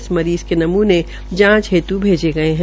इस मरीज़ के नमूने जांच हेत् भैजे गये है